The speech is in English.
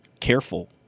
careful